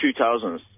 2000s